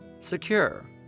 Secure